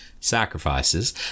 sacrifices